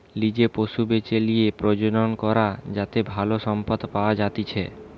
লিজে পশু বেছে লিয়ে প্রজনন করা হয় যাতে ভালো সম্পদ পাওয়া যাতিচ্চে